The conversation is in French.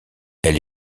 elle